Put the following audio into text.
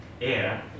air